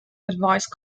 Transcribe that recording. advice